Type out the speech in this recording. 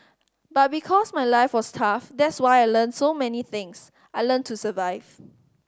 but because my life was tough that's why I learnt so many things I learnt to survive